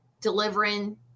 delivering